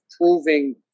proving